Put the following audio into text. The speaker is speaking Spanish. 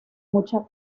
mucha